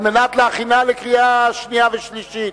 לוועדת הפנים על מנת להכינה לקריאה שנייה ושלישית.